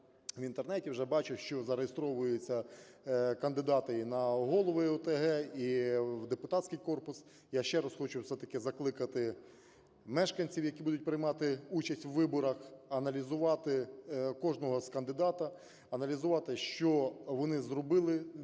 в Інтернеті, вже бачу, що реєструються кандидати на голови ОТГ і в депутатський корпус. Я ще раз хочу все-таки закликати мешканців, які будуть приймати участь у виборах, аналізувати кожного з кандидата, аналізувати, що вони зробили для